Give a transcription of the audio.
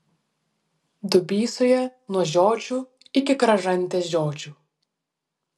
dubysoje nuo žiočių iki kražantės žiočių